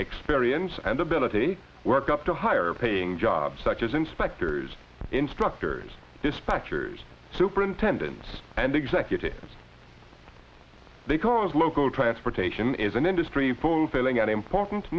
experience and ability work up to higher paying jobs such as inspectors instructors dispatchers superintendents and executives they cause local transportation is an industry fulfilling an important